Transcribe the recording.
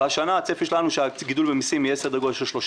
השנה הצפי שלנו שהגידול ממסים יהיה סדר גודל של 3%,